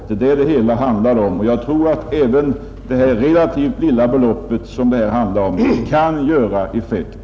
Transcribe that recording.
Det är vad det hela handlar om, och jag tror att även detta relativt lilla belopp kan göra effekt.